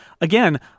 again